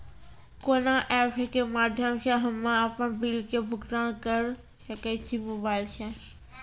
कोना ऐप्स के माध्यम से हम्मे अपन बिल के भुगतान करऽ सके छी मोबाइल से?